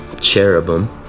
cherubim